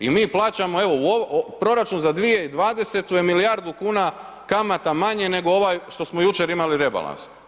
I mi plaćamo, evo, proračun za 2020. je milijardu kuna kamata manje nego ovaj što smo jučer imali rebalans.